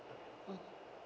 mm